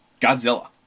Godzilla